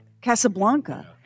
Casablanca